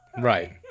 Right